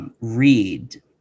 read